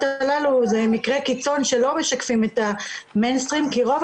הללו אלה מקרי קיצון שלא משקפים את המיינסטרים כי רוב